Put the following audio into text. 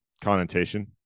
connotation